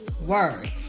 word